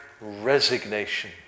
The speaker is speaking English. resignation